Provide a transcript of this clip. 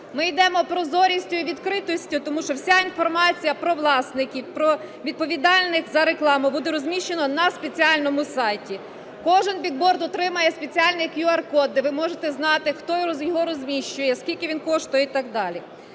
Ми йдемо прозорістю і відкритістю, тому що вся інформація про власників, про відповідальних за рекламу буде розміщена на спеціальному сайті. Кожен білборд отримає спеціальний QR-код, де ви можете знати, хто його розміщує, скільки він коштує і так далі.